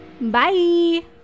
Bye